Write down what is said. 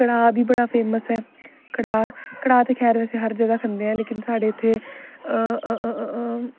कड़ाह् बी बड़ा फेमस ऐ कढा ते खैर हर जगह खंदे हा लेकिन साढ़े इत्थै आ आ